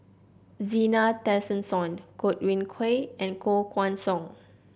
Zena Tessensohn Godwin Koay and Koh Guan Song